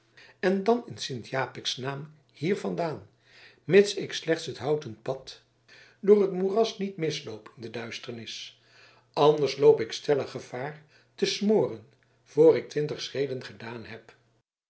en dan in sint japiks naam hier vandaan mits ik slechts het houten pad door het moeras niet misloop in de duisternis anders loop ik stellig gevaar te smoren voor ik twintig schreden gedaan heb